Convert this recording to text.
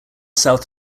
south